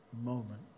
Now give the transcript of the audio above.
moment